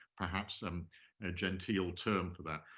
perhaps, um ah genteel term for that.